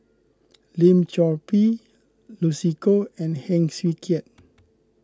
Lim Chor Pee Lucy Koh and Heng Swee Keat